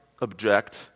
object